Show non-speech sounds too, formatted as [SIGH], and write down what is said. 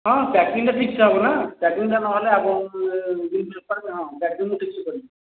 ହଁ ପ୍ୟାକିଙ୍ଗ୍ଟା ଠିକ୍ସେ ହେବ ନା ପ୍ୟାକିଙ୍ଗ୍ଟା ନହେଲେ [UNINTELLIGIBLE] ବେପାର ହଁ ପ୍ୟାକିଙ୍ଗ୍ ମୁଁ ଠିକ୍ସେ କରିବି